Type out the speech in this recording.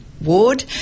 ward